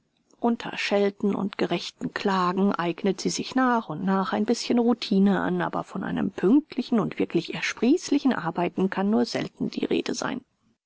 unter schelten und gerechten klagen eignet sie sich nach und nach ein bischen routine an aber von einem pünktlichen und wirklich ersprießlichen arbeiten kann nur selten die rede sein